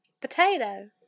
Potato